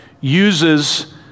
uses